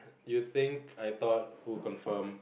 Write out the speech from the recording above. you think I thought who confirmed